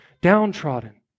downtrodden